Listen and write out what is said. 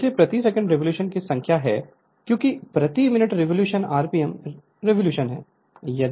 इसलिए प्रति second revolution की संख्या है क्योंकि प्रति मिनट रिवॉल्यूशन rpm रिवॉल्यूशन है